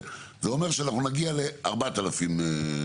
זה אומר שאנחנו נגיע ל-4,000 עובדים.